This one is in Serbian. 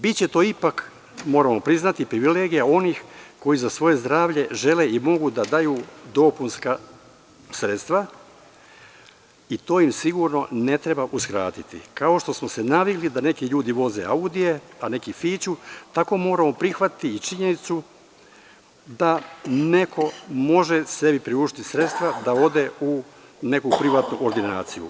Biće to ipak, moramo priznati, privilegija onih koji za svoje zdravlje žele i mogu da daju dopunska sredstva i to im sigurno ne treba uskratiti, kao što smo se navikli da neki ljudi voze „Audia“, a neki „Fiću“, tako moramo prihvatiti i činjenicu da neko može sebi priuštiti sredstva da ode u neku privatnu ordinaciju.